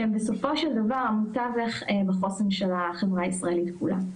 שהם בסופו של דבר עמוד תווך בחוסן של החברה הישראלית כולה.